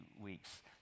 weeks